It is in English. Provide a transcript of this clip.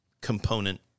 Component